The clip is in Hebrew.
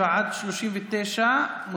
37 עד 39 מוסרות.